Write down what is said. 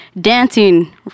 dancing